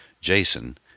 Jason